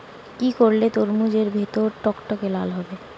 কি করলে তরমুজ এর ভেতর টকটকে লাল হবে?